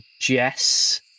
Jess